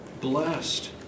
blessed